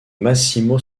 massimo